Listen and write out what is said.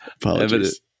Apologies